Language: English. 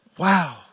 Wow